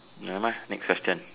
nevermind next question